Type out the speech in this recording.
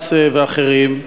מהבד"ץ ואחרים,